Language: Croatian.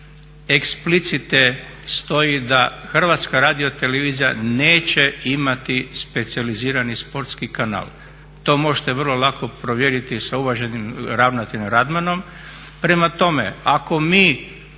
explicite stoji da HRT neće imati specijalizirani sportski kanal. To možete vrlo lako provjeriti sa uvaženim ravnateljem Radmanom. Prema tome, ako mi